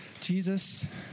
Jesus